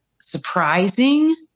surprising